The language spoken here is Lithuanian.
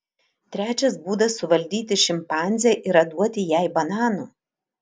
trečias būdas suvaldyti šimpanzę yra duoti jai bananų